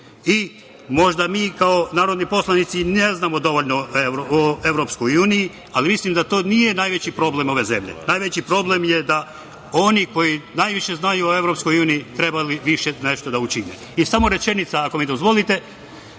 region. Možda mi kao narodni poslanici ne znamo dovoljno o EU, ali mislim da to nije najveći problem ove zemlje. Najveći problem je da oni koji najviše znaju o EU trebalo bi više nešto da učine. Još samo rečenica, ako mi dozvolite.